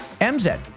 MZ